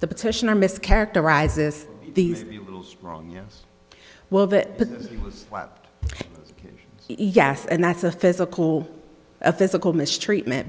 the petitioner mischaracterizes these wrong yes well that was yes and that's a physical a physical mistreatment